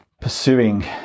pursuing